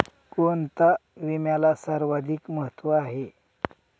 कोणता विम्याला सर्वाधिक महत्व आहे?